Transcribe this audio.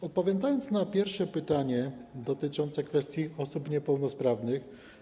Odpowiadam na pierwsze pytanie dotyczące kwestii osób niepełnosprawnych.